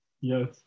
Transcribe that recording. Yes